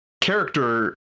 character